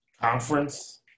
conference